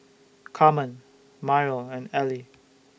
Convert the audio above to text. Carmen Myrle and Ely